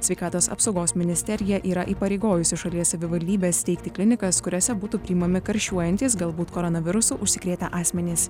sveikatos apsaugos ministerija yra įpareigojusi šalies savivaldybes steigti klinikas kuriose būtų priimami karščiuojantys galbūt koronavirusu užsikrėtę asmenys